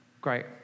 Great